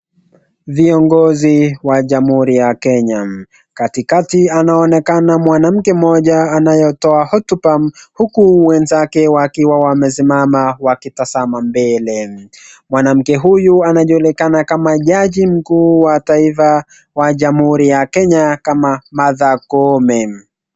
Viongozi wa jamuhuri ya Kenya , katikati anaonekana mwanamke mmoja anaotoa hotuba huku wenzake wakiwa wamesimama kutazama mbele. Mwanamke huyu anajulikana kama jaji mkuu wa taifa wa jamuhuri ya Kenya kama Martha Koome.